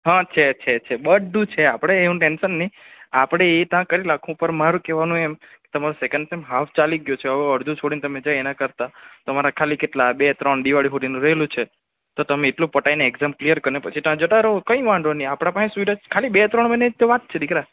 હા છે છે બધું છે આપણે એનું ટેન્શન નહીં આપણે એ રીતના કરી નાખીશું પણ મારું કહેવાનું એમ તમારું સેકન્ડ સેમ હાફ ચાલી ગયું છે હવે અડધું છોડીને તમે જાય એના કરતા તમારા ખાલી કેટલા બે ત્રણ દિવાળી સુધી રહેલું છે તો તમે એટલું પતાવીને એક્જામ ક્લીઅર કરીને પછી તમે ત્યાં જતા રહો કંઈ વાંધો નહીં આપણી પાસે સુવિધા ખાલી બે ત્રણ મહિનાની તો વાત છે દીકરા